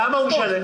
כמה הוא משלם?